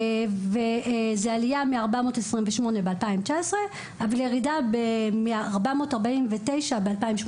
זה עלייה מ-428 ב-2019, אבל ירידה מ-449 ב-2018.